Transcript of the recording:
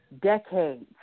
decades